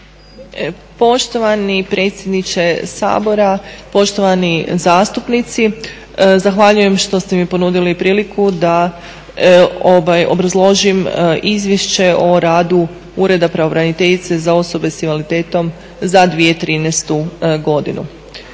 Poštovani predsjedniče Sabora, poštovani zastupnici. Zahvaljujem što ste mi ponudili priliku da obrazložim Izvješće o radu Ureda pravobraniteljice za osobe s invaliditetom za 2013. godinu.